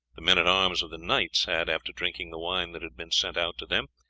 the men-at-arms of the knights had, after drinking the wine that had been sent out to them,